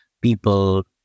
people